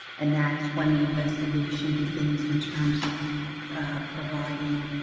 and that's when the investigation begins in terms of providing